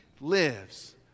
lives